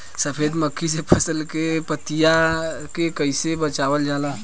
सफेद मक्खी से फसल के पतिया के कइसे बचावल जाला?